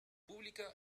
pública